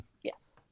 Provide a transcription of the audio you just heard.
yes